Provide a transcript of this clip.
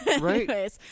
Right